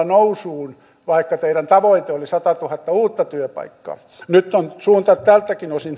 nousuun sadallatuhannella vaikka teidän tavoitteenne oli satatuhatta uutta työpaikkaa nyt on suunta tältäkin osin